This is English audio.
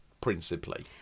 principally